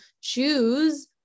choose